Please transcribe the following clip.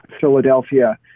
Philadelphia